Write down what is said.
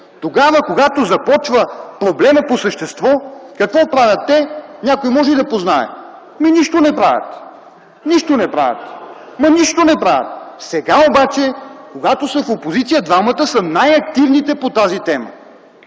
Тогава, когато започва проблемът по същество, какво правят те, някой може ли да познае?! Нищо не правят, нищо не правят. (Шум, смях, оживление от ГЕРБ.) Сега обаче, когато са в опозиция, двамата са най-активните по тази тема.